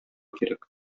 кирәк